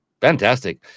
Fantastic